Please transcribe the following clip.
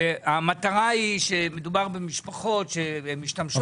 והמטרה היא שמדובר במשפחות שמשתמשות בזה